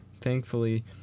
Thankfully